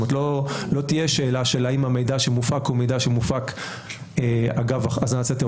לא תהיה שאלה האם המידע שמופק הוא מידע שמופק אגב האזנת סתר או לא.